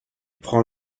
prend